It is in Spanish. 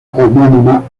homónima